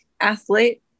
athlete